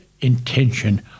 intention